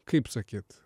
kaip sakyt